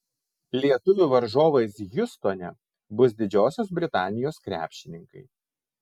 lietuvių varžovais hjustone bus didžiosios britanijos krepšininkai